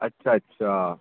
ਅੱਛਾ ਅੱਛਾ